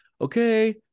okay